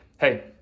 hey